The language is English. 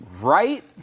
right